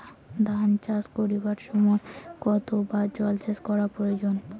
ধান চাষ করিবার সময় কতবার জলসেচ করা প্রয়োজন?